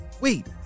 Wait